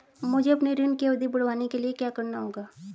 मुझे अपने ऋण की अवधि बढ़वाने के लिए क्या करना होगा?